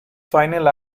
final